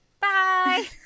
Bye